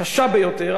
קשה ביותר,